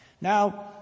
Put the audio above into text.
Now